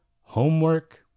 homework